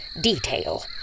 detail